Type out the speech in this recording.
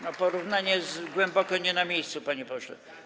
No, porównanie głęboko nie na miejscu, panie pośle.